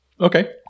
Okay